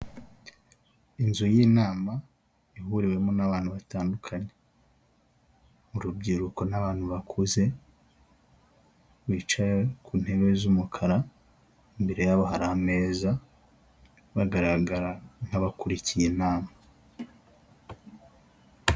Inzu y'inama ihuriwemo n'abantu batandukanye, urubyiruko n'abantu bakuze bicaye ku ntebe z'umukara, imbere yabo hari ameza bagaragara nk'abakurikiye inama.